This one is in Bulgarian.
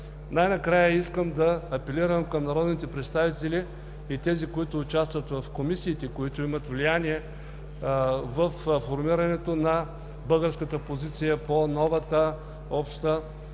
Най-накрая искам да апелирам към народните представители и тези, които участват в комисиите, които имат влияние във формирането на българската позиция по новата Обща